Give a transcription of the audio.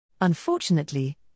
Unfortunately